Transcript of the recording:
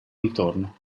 ritorno